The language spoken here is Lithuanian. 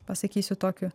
pasakysiu tokį